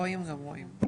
רואים גם רואים.